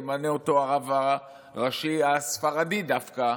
ימנה אותו הרב הראשי הספרדי דווקא,